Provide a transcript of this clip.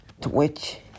Twitch